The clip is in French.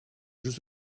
jeux